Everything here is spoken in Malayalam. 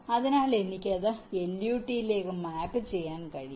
അതിനാൽ എനിക്ക് അത് LUT ലേക്ക് മാപ്പ് ചെയ്യാൻ കഴിയും